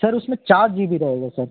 sir उसमें चार G B RAM है सर